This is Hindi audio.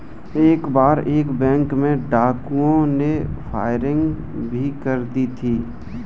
एक बार एक बैंक में डाकुओं ने फायरिंग भी कर दी थी